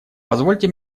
позвольте